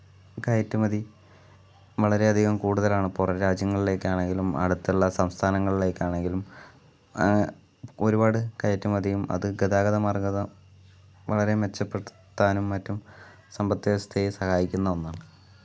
കയറ്റുമതി വളരെയധികം കൂടുതലാണ് പുറം രാജ്യങ്ങൾലേക്കാണെങ്കിലും അടുത്തുള്ള സംസ്ഥാനങ്ങൾലേക്കാണെങ്കിലും ഒരുപാട് കയറ്റുമതിയും അതും ഗതാഗത മാർഗ്ഗം വളരെ മെച്ചപ്പെടുത്താനും മറ്റും സാമ്പത്തവ്യവസ്ഥയെ സഹായിക്കുന്ന ഒന്നാണ്